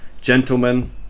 Gentlemen